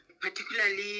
particularly